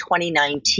2019